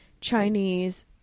Chinese